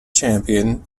champion